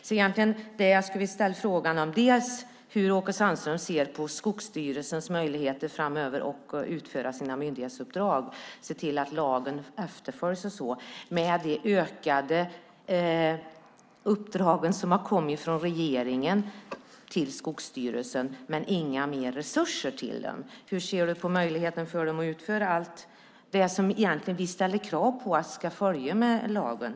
Det jag vill fråga är hur Åke Sandström ser på Skogsstyrelsens möjligheter framöver att utföra sina myndighetsuppdrag och se till att lagen efterföljs med de ökade uppdrag som har kommit från regeringen till Skogsstyrelsen men utan mer resurser till dem. Hur ser du på möjligheten för dem att utföra allt det som vi egentligen ställer krav på ska följa med lagen?